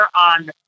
on